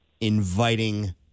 inviting